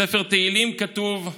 בספר תהילים כתוב: